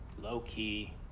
low-key